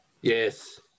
Yes